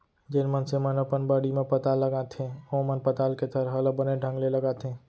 जेन मनसे मन अपन बाड़ी म पताल लगाथें ओमन पताल के थरहा ल बने ढंग ले लगाथें